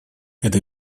это